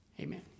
amen